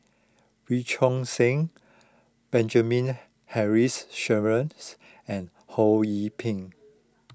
Wee Choon Seng Benjamin Henry Sheares and Ho Yee Ping